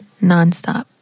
Nonstop